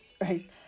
right